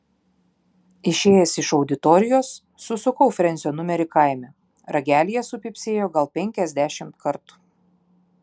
išėjęs iš auditorijos susukau frensio numerį kaime ragelyje supypsėjo gal penkiasdešimt kartų